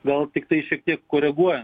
gal tiktai šiek tiek koreguojant